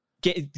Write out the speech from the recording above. get